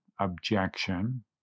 Objection